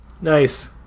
nice